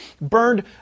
burned